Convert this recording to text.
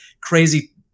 crazy